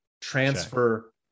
transfer